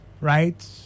right